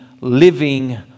living